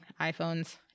iPhones